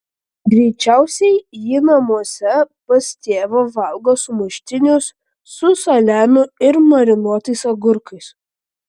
greičiausiai ji namuose pas tėvą valgo sumuštinius su saliamiu ir marinuotais agurkais